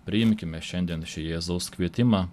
priimkime šiandien šį jėzaus kvietimą